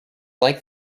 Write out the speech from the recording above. like